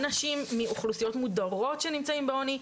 אנשים מאוכלוסיות מודרות שנמצאים בעוני,